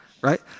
right